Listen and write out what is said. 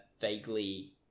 vaguely